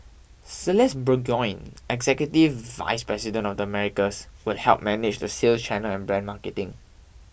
Celeste Burgoyne executive vice president of the Americas will help manage the sales channel and brand marketing